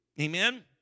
Amen